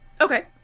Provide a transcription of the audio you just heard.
okay